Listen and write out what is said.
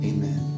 Amen